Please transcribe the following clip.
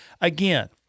again